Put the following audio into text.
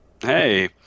Hey